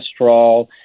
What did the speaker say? cholesterol